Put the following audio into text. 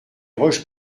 roches